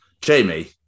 Jamie